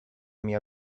mia